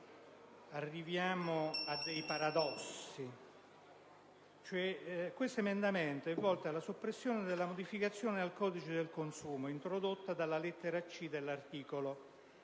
arriviamo ad un paradosso. Questo emendamento è volto alla soppressione della modificazione del codice del consumo introdotta dalla lettera *c)* dell'articolo